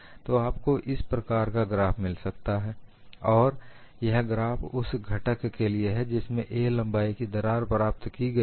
तो आपको इस प्रकार का ग्राफ मिल सकता है और यह ग्राफ उस घटक के लिए है जिसमें 'a' लंबाई की दरार प्राप्त की गई है